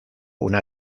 una